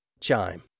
Chime